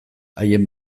haien